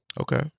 okay